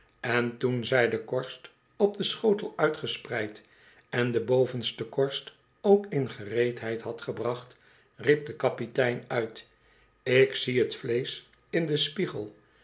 en toen zij de korst op den schotel uitgespreid on de bovenste korst ook in gereedheid had gebracht riep de kapitein uit ik zie t vleesch in den spiegel